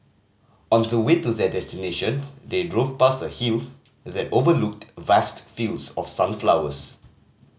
on the way to their destination they drove past a hill that overlooked vast fields of sunflowers